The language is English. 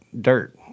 dirt